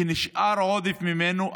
שנשאר עודף ממנו,